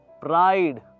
pride